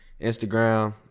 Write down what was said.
Instagram